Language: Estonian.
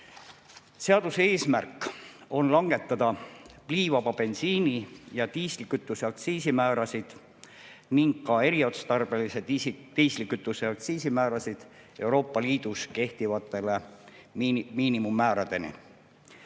Seaduse eesmärk on langetada pliivaba bensiini ja diislikütuse aktsiisimäärasid ning ka eriotstarbelise diislikütuse aktsiisimäärasid Euroopa Liidus kehtivate miinimummääradeni.